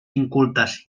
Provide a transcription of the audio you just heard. incultes